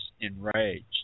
enraged